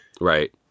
Right